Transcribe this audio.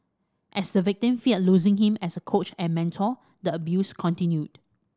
as the victim feared losing him as a coach and mentor the abuse continued